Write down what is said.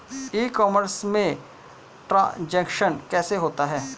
ई commerce में transaction कैसे होता है?